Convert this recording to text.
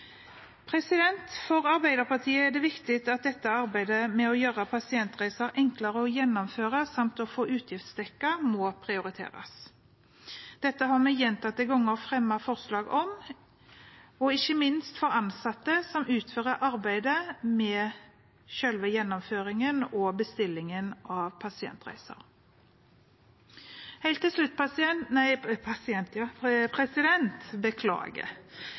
For Arbeiderpartiet er det viktig at dette arbeidet med å gjøre pasientreiser enklere å gjennomføre samt å få utgiftsdekket, må prioriteres. Dette har vi gjentatte ganger fremmet forslag om, og ikke minst for ansatte som utfører arbeidet med selve gjennomføringen og bestillingen av pasientreiser. Helt til slutt: